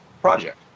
project